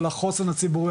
על החוסן הציבורי,